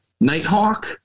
Nighthawk